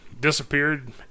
disappeared